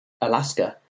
Alaska